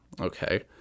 okay